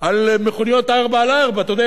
על מכוניות 4X4 אתה יודע,